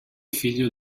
figlio